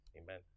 Amen